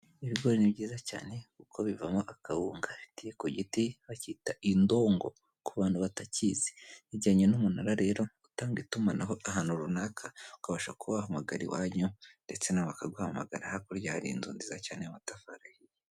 Ibigori ni byiza cyane kuko bivamo akawunga, bifatiye ku giti, bakita indongo, ku bantu batakizi byegeranye n'umunara, rero utanga itumanaho ahantu runaka, ukabasha kubahamagara, iwanyu ndetse bakaguhamagara, hakurya hari inzu nziza cyane y'amatafari.